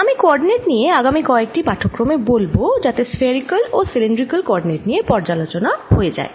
আমি কোঅরডিনেট নিয়ে আগামি কয়েকটি পাঠক্রমে বলব যাতে স্ফেরিকাল ও সিলিন্ড্রিকাল কোঅরডিনেট নিয়ে পর্যালোচনা হয়ে যায়